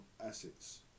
assets